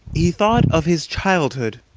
he thought of his childhood,